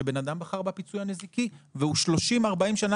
שבן אדם בחר בפיצוי הנזיקי והוא 40-30 שנים